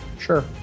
Sure